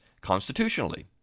constitutionally